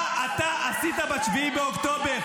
מה אתה עשית ב-7 באוקטובר?